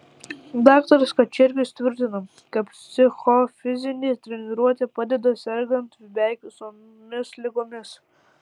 daktaras kačergius tvirtina kad psichofizinė treniruotė padeda sergant beveik visomis ligomis